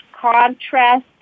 contrast